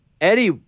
Eddie